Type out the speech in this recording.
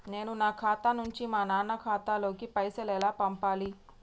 నేను నా ఖాతా నుంచి మా నాన్న ఖాతా లోకి పైసలు ఎలా పంపాలి?